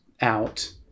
out